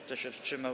Kto się wstrzymał?